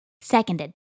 Seconded